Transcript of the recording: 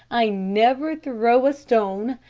i never throw a stone,